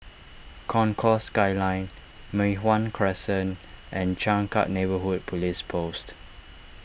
Concourse Skyline Mei Hwan Crescent and Changkat Neighbourhood Police Post